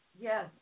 yes